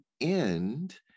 end